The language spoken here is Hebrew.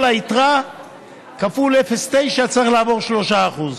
כל היתרה כפול 0.9,